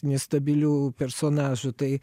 nestabilių personažų tai